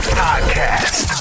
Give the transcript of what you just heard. podcast